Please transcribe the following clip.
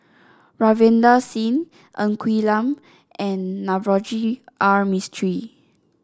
Ravinder Singh Ng Quee Lam and Navroji R Mistri